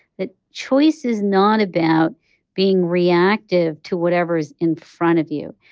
that choice is not about being reactive to whatever is in front of you.